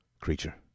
creature